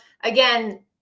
again